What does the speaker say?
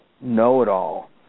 know-it-all